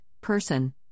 person